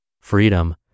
Freedom